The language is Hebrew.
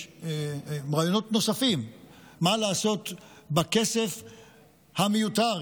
יש רעיונות נוספים מה לעשות בכסף המיותר,